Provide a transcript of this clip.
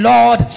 Lord